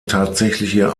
tatsächliche